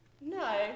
No